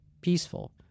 peaceful